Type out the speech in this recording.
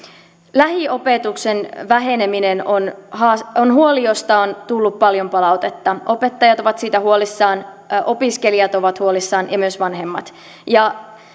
lähiopetuksen väheneminen on huoli josta on tullut paljon palautetta opettajat ovat siitä huolissaan opiskelijat ovat huolissaan ja myös vanhemmat